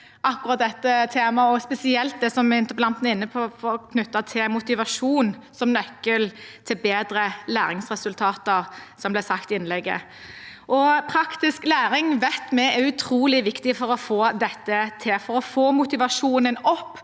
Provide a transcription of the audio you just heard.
akkurat dette temaet, spesielt det interpellanten er inne på knyttet til motivasjon som nøkkel til bedre læringsresultater, som det ble sagt i innlegget. Praktisk læring vet vi er utrolig viktig for å få dette til – for å få motivasjonen og